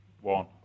one